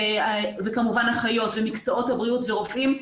וכמובן אחיות ומקצועות הבריאות ורופאים.